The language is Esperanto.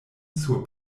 sur